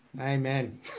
Amen